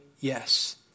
yes